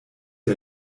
der